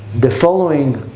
the following